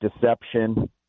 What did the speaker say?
deception